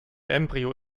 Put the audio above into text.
embryo